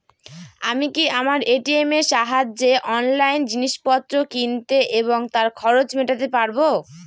আমি কি আমার এ.টি.এম এর সাহায্যে অনলাইন জিনিসপত্র কিনতে এবং তার খরচ মেটাতে পারব?